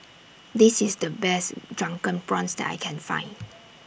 This IS The Best Drunken Prawns that I Can Find